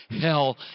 Hell